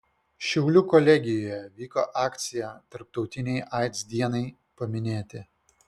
šiaulių kolegijoje vyko akcija tarptautinei aids dienai paminėti